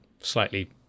slightly